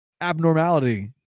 abnormality